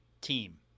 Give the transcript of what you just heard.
team